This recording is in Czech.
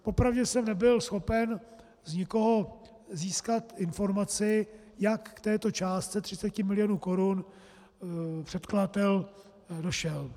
Po pravdě jsem nebyl schopen z nikoho získat informaci, jak k této částce 30 milionů korun předkladatel došel.